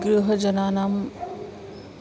गृहजनानां